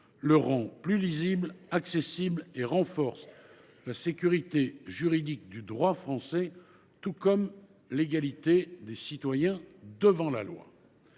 le rend plus lisible et accessible ; elle renforce la sécurité juridique du droit français et assure l’égalité de tous les citoyens devant la loi.